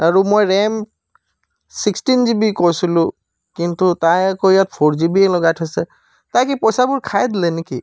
আৰু মই RAM sixteen G B কৈছিলোঁ কিন্তু তাই আকৌ ইয়াত ফ'ৰ জি বি লগাই থৈছে তাই কি পইচাবোৰ খাই দিলে নেকি